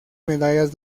medallas